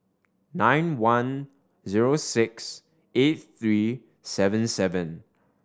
nine one zero six eight three seven seven